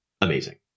amazing